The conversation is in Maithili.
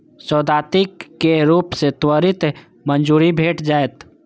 सैद्धांतिक रूप सं त्वरित मंजूरी भेट जायत